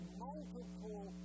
multiple